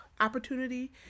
opportunity